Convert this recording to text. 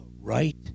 right